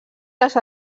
les